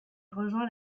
rejoint